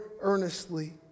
earnestly